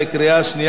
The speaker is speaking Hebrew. בעד, 9, נגד,